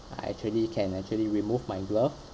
I actually can actually remove my glove